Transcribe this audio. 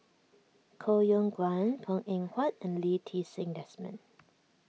Koh Yong Guan Png Eng Huat and Lee Ti Seng Desmond